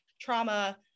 trauma